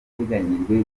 iteganyijwe